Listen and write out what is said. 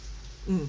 mm